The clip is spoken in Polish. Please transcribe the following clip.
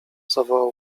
zawołał